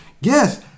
Yes